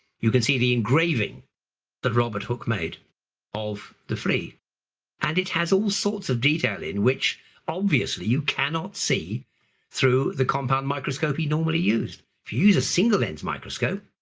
you can see the engraving that robert hooke made of the flea and it has all sorts of detail in, which obviously you cannot see through the compound microscope he normally used. if you use a single lens microscope